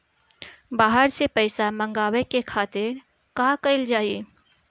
बाहर से पइसा मंगावे के खातिर का कइल जाइ?